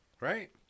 Right